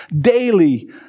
daily